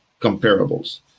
comparables